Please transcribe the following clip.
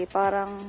parang